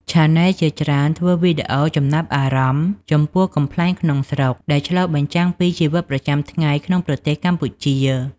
ឆានែលជាច្រើនធ្វើវីដេអូចំណាប់អារម្មណ៍ចំពោះកំប្លែងក្នុងស្រុក ដែលឆ្លុះបញ្ចាំងពីជីវិតប្រចាំថ្ងៃក្នុងប្រទេសកម្ពុជា។